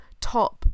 Top